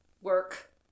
work